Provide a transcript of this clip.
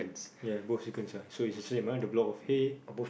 ya both chickens ah so it's the same ah the block of hay